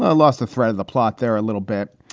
ah lost the thread of the plot. they're a little bit.